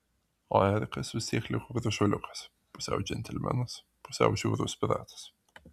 o erikas vis tiek liko gražuoliukas pusiau džentelmenas pusiau žiaurus piratas